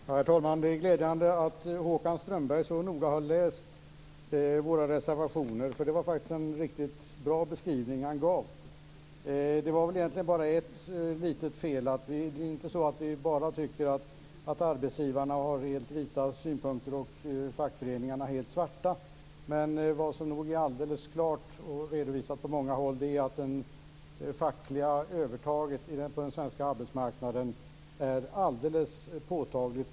Herr talman! Det är glädjande att Håkan Strömberg så noga har läst våra reservationer. Han gav en riktigt bra beskrivning. Det var egentligen bara ett litet fel. Vi tycker inte att arbetsgivarna har helt vita synpunkter och fackföreningarna helt svarta. Men vad som är alldeles klart är att det fackliga övertaget på den svenska arbetsmarknaden är alldeles för stort.